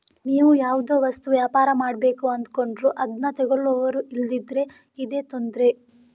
ನೀವು ಯಾವುದೋ ವಸ್ತು ವ್ಯಾಪಾರ ಮಾಡ್ಬೇಕು ಅಂದ್ಕೊಂಡ್ರು ಅದ್ನ ತಗೊಳ್ಳುವವರು ಇಲ್ದಿದ್ರೆ ಇದೇ ತೊಂದ್ರೆ